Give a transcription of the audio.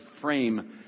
frame